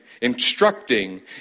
instructing